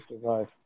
survive